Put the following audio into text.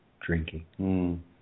drinking